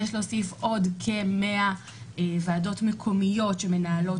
יש להוסיף עוד כ-100 ועדות מקומיות שמנהלות